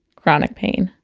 chronic pain